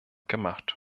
gemacht